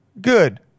Good